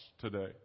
today